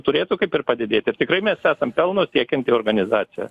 turėtų kaip ir padidėt ir tikrai mes esam pelno siekianti organizacija